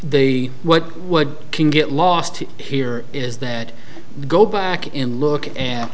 they what what can get lost here is that go back in look and